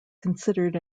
considered